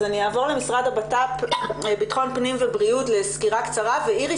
אני אעבור למשרדי בטחון הפנים והבריאות לסקירה קצרה ואיריס,